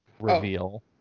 reveal